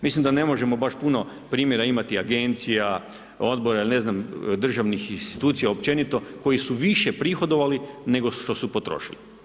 Mislim da ne možemo baš puno primjera imati agencija, odbora ili ne znam, državnih institucija općenito koji su više prihodovali nego što su potrošili.